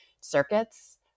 circuits